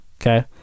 Okay